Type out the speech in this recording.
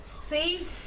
See